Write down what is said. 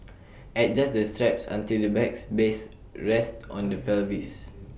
adjust the straps until the bag's base rests on the pelvis